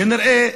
כנראה,